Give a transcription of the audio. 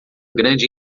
grande